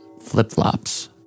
flip-flops